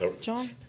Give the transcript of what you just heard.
John